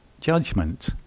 judgment